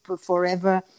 forever